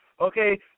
okay